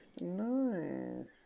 Nice